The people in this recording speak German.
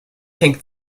hängt